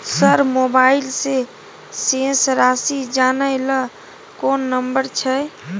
Sir mobile से शेस राशि जानय ल कोन नंबर छै?